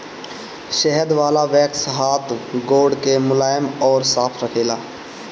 शहद वाला वैक्स हाथ गोड़ के मुलायम अउरी साफ़ रखेला